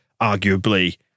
arguably